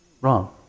wrong